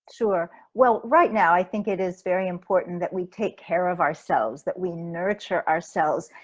sure. well, right now, i think it is very important that we take care of ourselves that we nurture ourselves,